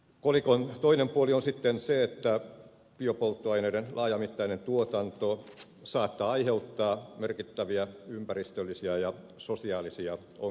kolikon toinen puoli on sitten se että biopolttoaineiden laajamittainen tuotanto saattaa aiheuttaa merkittäviä ympäristöllisiä ja sosiaalisia ongelmia